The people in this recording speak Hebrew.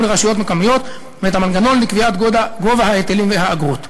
לרשויות מקומיות ואת המנגנון לקביעת גובה ההיטלים והאגרות.